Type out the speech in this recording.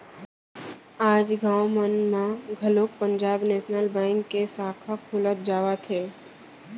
आज गाँव मन म घलोक पंजाब नेसनल बेंक के साखा खुलत जावत हे